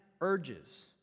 urges